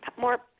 more